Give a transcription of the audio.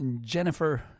Jennifer